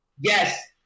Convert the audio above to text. Yes